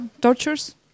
tortures